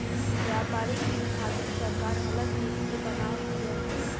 व्यापारिक दिन खातिर सरकार अलग नीति के बनाव तिया